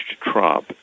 Trump